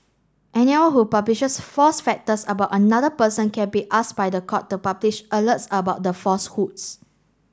anyone who publishes false factors about another person can be asked by the court to publish alerts about the falsehoods